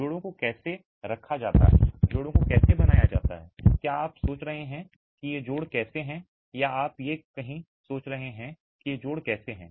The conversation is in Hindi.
जोड़ों को कैसे रखा जाता है जोड़ों को कैसे बनाया जाता है क्या आप सोच रहे हैं कि ये जोड़ कैसे हैं या आप ये नहीं सोच रहे हैं कि ये जोड़ कैसे हैं